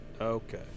Okay